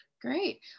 Great